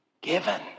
given